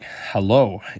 Hello